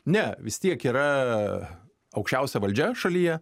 ne vis tiek yra aukščiausia valdžia šalyje